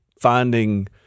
Finding